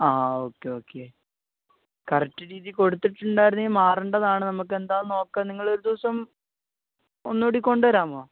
ആ okay okay correct രീതിയിൽ കൊടുത്തിട്ടുണ്ടായിരുന്നെങ്കിൽ മാറേണ്ടതാണ് നമുക്ക് എന്താണെന്ന് നോക്കാം നിങ്ങൾ ഒരുദിവസം ഒന്നും കൂടി കൊണ്ടവരാമോ